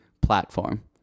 platform